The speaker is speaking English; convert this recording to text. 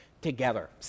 together